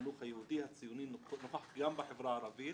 החינוך היהודי הציוני נוכח גם בחברה הערבית.